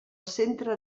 centre